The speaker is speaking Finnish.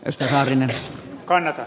risto saarinen ei kannata